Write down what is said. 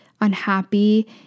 unhappy